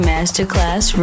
Masterclass